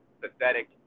pathetic